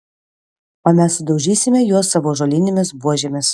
o mes sudaužysime juos savo ąžuolinėmis buožėmis